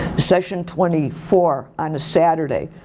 session twenty four, on a saturday,